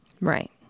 Right